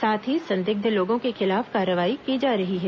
साथ ही संदिग्ध लोगों के खिलाफ कार्रवाई की जा रही है